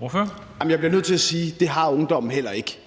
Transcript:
Kl. 11:15 Formanden (Henrik